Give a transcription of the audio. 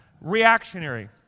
Reactionary